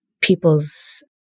people's